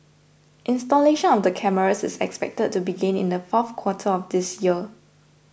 installation of the cameras is expected to begin in the fourth quarter of this year